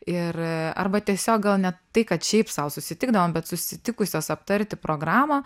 ir arba tiesiog gal ne tai kad šiaip sau susitikdavom bet susitikusios aptarti programą